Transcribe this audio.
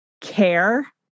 care